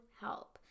help